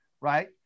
right